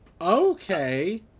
Okay